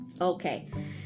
Okay